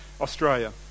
Australia